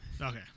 Okay